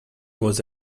was